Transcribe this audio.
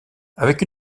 avec